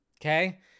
okay